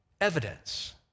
Evidence